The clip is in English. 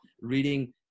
reading